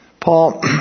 Paul